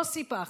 לא סיפחת.